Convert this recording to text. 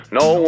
no